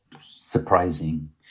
surprising